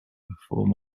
before